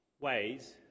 ways